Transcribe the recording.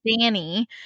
Danny